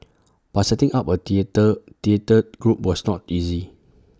but setting up A theatre theatre group was not easy